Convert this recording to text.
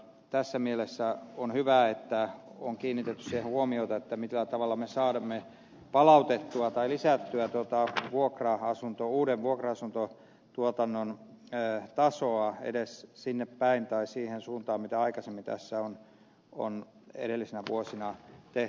tässä mielessä on hyvä että on kiinnitetty siihen huomiota millä tavalla me saamme palautettua tai lisättyä tuota uuden vuokra asuntotuotannon tasoa edes sinne päin tai siihen suuntaan mitä aikaisemmin tässä on edellisinä vuosina tehty